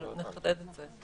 אבל נחדד את זה.